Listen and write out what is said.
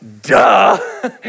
duh